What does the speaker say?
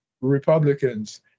republicans